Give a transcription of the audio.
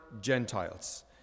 Gentiles